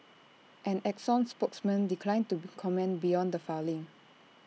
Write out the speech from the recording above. an exxon spokesman declined to comment beyond the filing